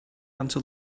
until